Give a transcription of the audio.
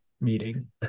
meeting